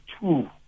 two